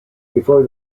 before